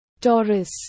Taurus